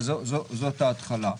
זאת ההתחלה.